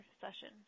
session